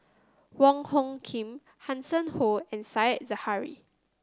Wong Hung Khim Hanson Ho and Said Zahari